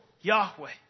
Yahweh